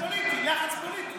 לחץ פוליטי.